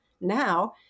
Now